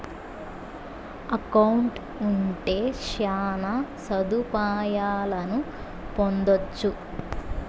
account ఉంటే శ్యాన సదుపాయాలను పొందొచ్చు